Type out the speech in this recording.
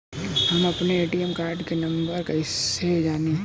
हम अपने ATM card के नंबर कइसे जानी?